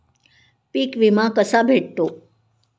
पीक विमा कसा भेटतो?